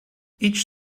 each